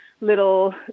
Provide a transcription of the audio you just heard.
little